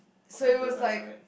so it was like